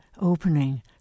opening